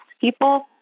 people